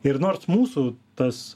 ir nors mūsų tas